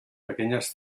pequeñas